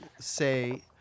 say